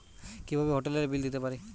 কিভাবে হোটেলের বিল দিতে পারি?